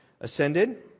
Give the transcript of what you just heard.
ascended